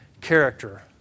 character